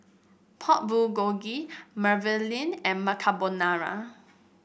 Pork Bulgogi Mermicelli and Macarbonara